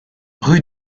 rue